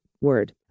word